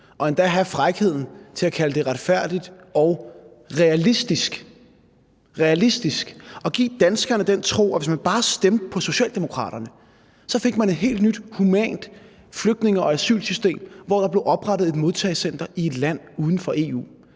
og endda have den frækhed at kalde det »retfærdigt og realistisk« og give danskerne den tro, at hvis man stemte på Socialdemokraterne, fik man et helt nyt og humant flygtninge- og asylsystem, hvor der ville blive oprettet et modtagecenter i et land uden for EU.